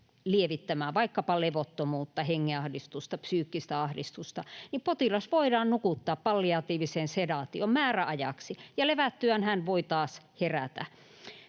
lievittämään vaikkapa levottomuutta, hengenahdistusta, psyykkistä ahdistusta, niin potilas voidaan nukuttaa palliatiiviseen sedaatioon määräajaksi, ja levättyään hän voi taas herätä.